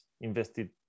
invested